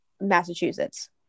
massachusetts